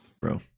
bro